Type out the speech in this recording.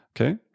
Okay